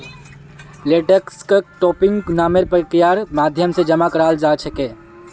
लेटेक्सक टैपिंग नामेर प्रक्रियार माध्यम से जमा कराल जा छे